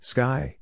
Sky